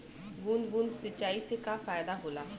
बूंद बूंद सिंचाई से का फायदा होला?